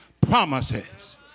promises